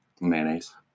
Mayonnaise